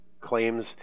claims